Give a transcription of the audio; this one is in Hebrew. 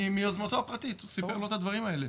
מיוזמתו הפרטית, הוא סיפר לו את הדברים האלה.